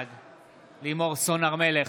בעד לימור סון הר מלך,